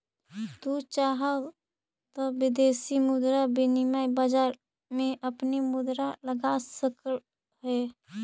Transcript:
तू चाहव त विदेशी मुद्रा विनिमय बाजार में अपनी मुद्रा लगा सकलअ हे